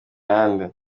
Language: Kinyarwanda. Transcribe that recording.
nande